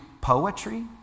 poetry